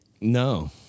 No